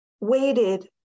waited